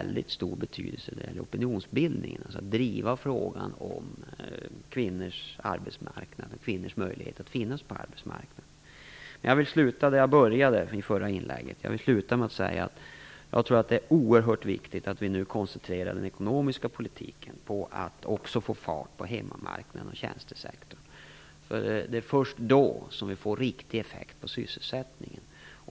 få mycket stor betydelse i opinionsbildningen. Det gäller att driva frågan om kvinnors arbetsmarknad och kvinnors möjlighet att finnas på arbetsmarknaden. Jag vill sluta där jag började mitt förra inlägg. Jag vill avsluta med att säga att jag tror att det är oerhört viktigt att vi nu koncentrerar den ekonomiska politiken på att också få fart på hemmamarknaden och tjänstesektorn. Det är först då vi får riktig effekt på sysselsättningen.